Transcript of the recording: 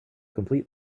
complete